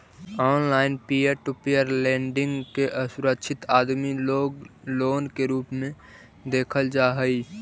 online peer to peer lending के असुरक्षित आदमी लोग लोन के रूप में देखल जा हई